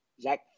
Zach